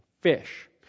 fish